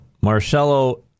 Marcelo